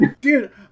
Dude